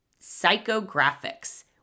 psychographics